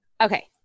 Okay